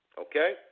Okay